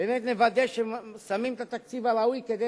באמת נוודא ששמים את התקציב הראוי כדי